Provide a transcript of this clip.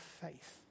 faith